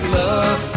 love